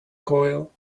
coil